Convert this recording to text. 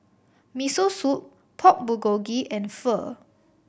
Miso Soup Pork Bulgogi and Pho